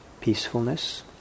peacefulness